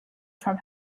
from